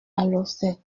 alauzet